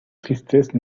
tristesse